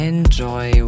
Enjoy